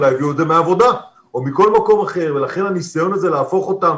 אולי הביאו את זה מהעבודה או מכל מקום אחר ולכן הניסיון הזה להפוך אותם